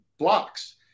blocks